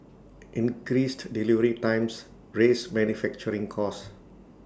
increased delivery times raise manufacturing costs